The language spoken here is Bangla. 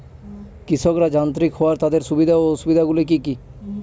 কৃষকরা যান্ত্রিক হওয়ার তাদের সুবিধা ও অসুবিধা গুলি কি কি?